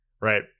Right